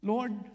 Lord